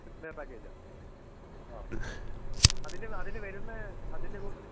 three day പാക്കേജാണ് ആ അതിന് അതിന് വരുന്ന അതിൻ്റെ കൂടെ